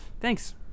Thanks